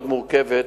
מאוד מורכבת,